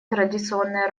традиционная